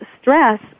stress